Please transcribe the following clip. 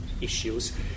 issues